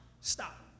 stop